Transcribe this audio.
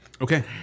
Okay